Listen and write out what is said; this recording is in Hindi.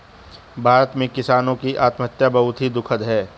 भारत में किसानों की आत्महत्या बहुत ही दुखद है